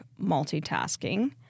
multitasking